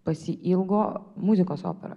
pasiilgo muzikos opera